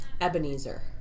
Ebenezer